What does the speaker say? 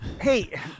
Hey